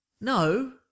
no